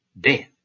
Death